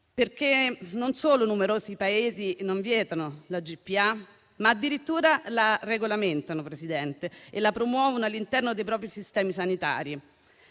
Europa. Non solo numerosi Paesi non vietano la GPA, ma addirittura la regolamentano, signor Presidente, e la promuovono all'interno dei propri sistemi sanitari.